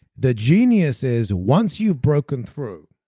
the genius is, once you've broken through,